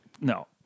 No